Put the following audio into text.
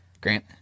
grant